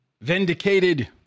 vindicated